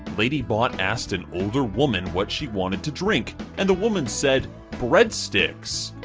ladybot asked an older woman what she wanted to drink, and the woman said breadsticks!